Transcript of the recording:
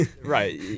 right